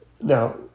Now